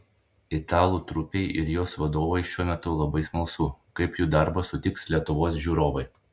italų trupei ir jos vadovui šiuo metu labai smalsu kaip jų darbą sutiks lietuvos žiūrovai